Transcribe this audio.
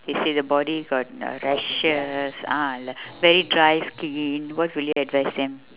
okay say the body got uh rashes ah like very dry skin what will you advise them